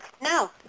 No